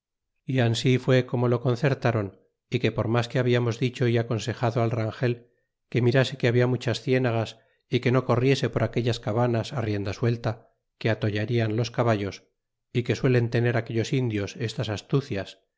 y ansi fue como lo concertron que por mas que hablamos dicho y aconsejado al rangel que mirase que habla muchas cieuagas y que no corriese por aquellas cavanas rienda suelta que atollarian los caballos y que suelen tener aquellos indios estas astucias